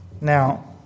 Now